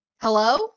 Hello